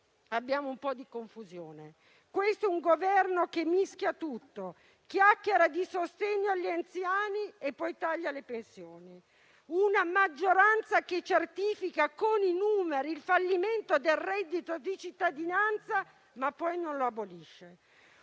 abbiamo un po' di confusione. Questo è un Governo che mischia tutto, chiacchiera di sostegno agli anziani e poi taglia le pensioni. È una maggioranza che certifica con i numeri il fallimento del reddito di cittadinanza, ma poi non lo abolisce;